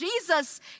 Jesus